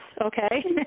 Okay